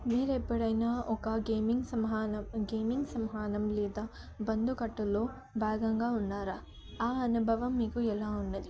మీరు ఎప్పుడైనా ఒక గేమింగ్ సంహానం గేమింగ్ సంహానం లేదా బందుకట్టలో భాగంగా ఉన్నారా ఆ అనుభవం మీకు ఎలా ఉన్నది